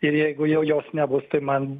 ir jeigu jau jos nebus tai man